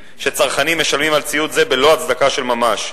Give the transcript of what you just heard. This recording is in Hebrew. שצרכנים משלמים על ציוד זה בלא הצדקה של ממש,